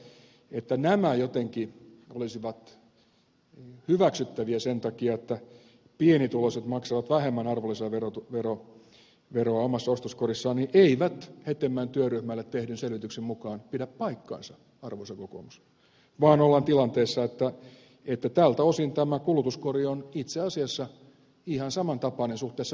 sasi että nämä jotenkin olisivat hyväksyttäviä sen takia että pienituloiset maksavat vähemmän arvonlisäveroa omassa ostoskorissaan ei hetemäen työryhmälle tehdyn selvityksen mukaan pidä paikkaansa arvoisa kokoomus vaan ollaan tilanteessa että tältä osin tämä kulutuskori on itse asiassa ihan samantapainen suhteessa verorasitukseen